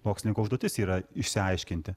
mokslininko užduotis yra išsiaiškinti